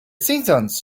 seasons